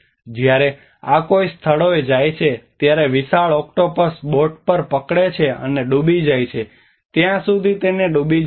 જ્યારે કોઈ આ સ્થળોએ જાય છે ત્યારે વિશાળ ઓક્ટોપસ બોટ પર પકડે છે અને ડૂબી જાય ત્યાં સુધી તેને ડૂબી જાય છે